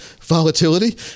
volatility